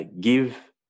give